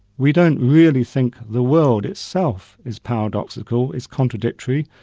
we don't really think the world itself is paradoxical, is contradictory,